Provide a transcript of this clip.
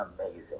amazing